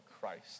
Christ